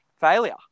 failure